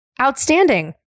outstanding